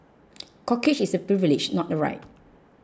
corkage is a privilege not a right